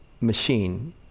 machine